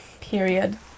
period